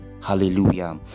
Hallelujah